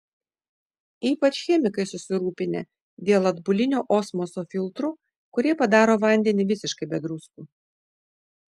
ypač chemikai susirūpinę dėl atbulinio osmoso filtrų kurie padaro vandenį visiškai be druskų